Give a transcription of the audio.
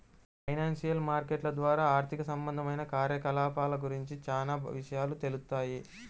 financial మార్కెట్ల ద్వారా ఆర్థిక సంబంధమైన కార్యకలాపాల గురించి చానా విషయాలు తెలుత్తాయి